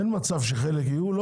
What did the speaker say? אין מצב שחלק יהיו,